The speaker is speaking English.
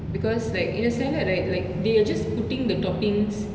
because like in a salad right like they are just putting the toppings